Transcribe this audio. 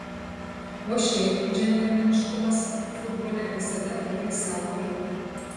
o šiaip džentelmeniškumas futbole visada turi savo vietą